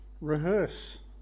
Rehearse